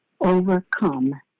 overcome